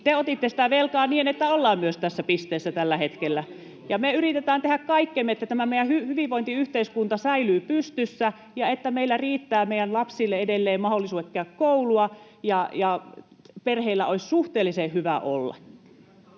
Te otitte sitä velkaa niin, että ollaan tässä pisteessä tällä hetkellä. — Me yritetään tehdä kaikkemme, että tämä meidän hyvinvointiyhteiskunta säilyy pystyssä ja että meillä riittää meidän lapsille edelleen mahdollisuudet käydä koulua ja perheillä olisi suhteellisen hyvä olla.